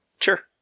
Sure